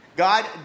God